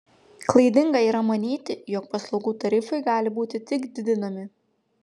klaidinga yra manyti jog paslaugų tarifai gali būti tik didinami